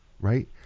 right